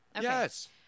Yes